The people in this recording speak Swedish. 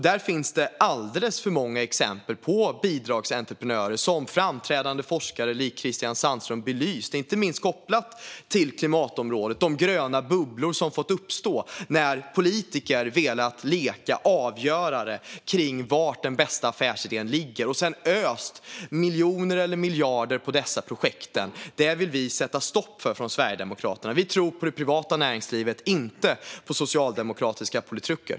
Det finns alldeles för många exempel på bidragsentreprenörer, vilket framträdande forskare likt Christian Sandström belyst, inte minst kopplat till klimatområdet - de gröna bubblor som fått uppstå när politiker velat leka avgörare av var den bästa affärsidén ligger och sedan öst miljoner eller miljarder på dessa projekt. Det vill vi från Sverigedemokraterna sätta stopp för. Vi tror på det privata näringslivet, inte på socialdemokratiska politruker.